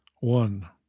One